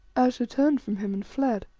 ayesha turned from him and fled.